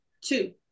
two